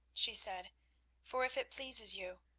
she said for if it pleases you,